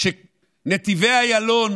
כשנתיבי איילון